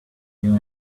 you